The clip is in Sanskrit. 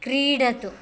क्रीडतु